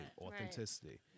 Authenticity